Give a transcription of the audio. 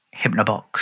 HypnoBox